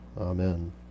Amen